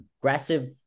aggressive